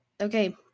Okay